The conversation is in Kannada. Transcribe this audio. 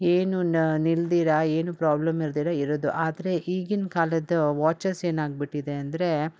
ಏನು ನ ನಿಲ್ದಿರ ಏನು ಪ್ರಾಬ್ಲಮ್ ಇಲ್ದಿರ ಇರೋದು ಆದರೆ ಈಗಿನ್ ಕಾಲದ ವಾಚಸ್ ಏನಾಗಿಬಿಟ್ಟಿದೆ ಅಂದರೆ